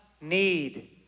need